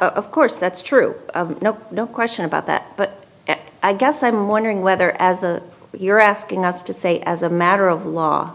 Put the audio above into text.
of course that's true no question about that but i guess i'm wondering whether as a you're asking us to say as a matter of law